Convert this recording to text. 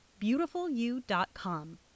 BeautifulYou.com